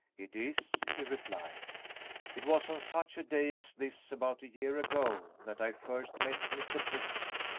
it is, he replied it was on such a day as this, about a year ago, that i first met mr. britton.